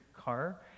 car